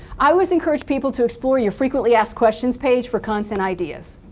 i always encourage people to explore your frequently asked questions page for content ideas,